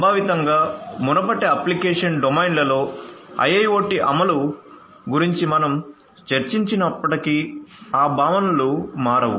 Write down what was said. సంభావితంగా మునుపటి అప్లికేషన్ డొమైన్లలో IIoT అమలు గురించి మనం చర్చించినప్పటికీ ఆ భావనలు మారవు